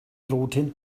roten